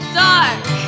dark